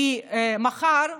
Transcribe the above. מחר,